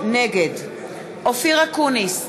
נגד אופיר אקוניס,